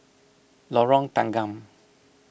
Lorong Tanggam